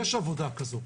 יש עבודה כזו,